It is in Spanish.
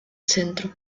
centro